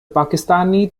pakistani